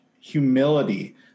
humility